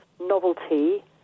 novelty